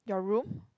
your room